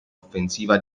offensiva